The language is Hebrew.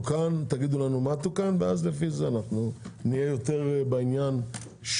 מה תוקן ולפי זה נהיה יותר בעניין.